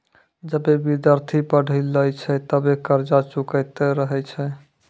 जबे विद्यार्थी पढ़ी लै छै तबे कर्जा चुकैतें रहै छै